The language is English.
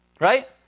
right